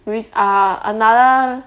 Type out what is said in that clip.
are another